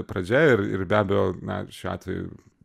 pradžia ir ir be abejo na šiuo atveju